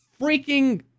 freaking